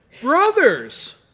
brothers